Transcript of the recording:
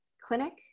clinic